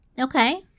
Okay